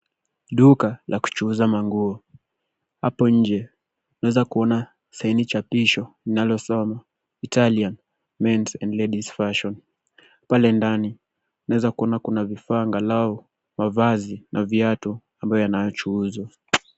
Duka la kuchuuza manguo. Hapa nje tunaeza kuona sahani chapisho inalosoma Italian Men's and Ladies Fashion . Pale ndani tunaeza kuona kuna vifaa angalau mavazi na viatu ambayo yanachuuzwa.